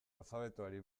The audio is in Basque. alfabetoari